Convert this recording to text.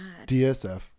dsf